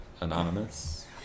Anonymous